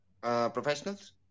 professionals